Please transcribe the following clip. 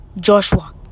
joshua